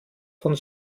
von